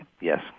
Yes